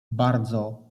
bardzo